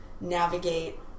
navigate